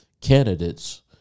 candidates